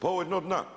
Pa ovo je dno dna!